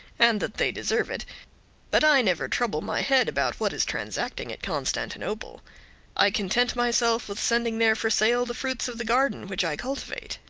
and that they deserve it but i never trouble my head about what is transacting at constantinople i content myself with sending there for sale the fruits of the garden which i cultivate.